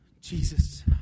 Jesus